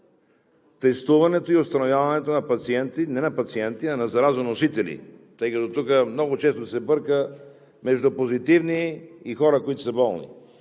тестването и установяването на пациенти, не пациенти, а заразоносители, тъй като тук много често се бърка между позитивни и хора, които са болни.